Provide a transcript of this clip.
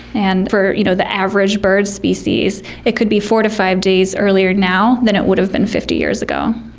and for you know the average bird species it could be four to five days earlier now than it would have been fifty years ago.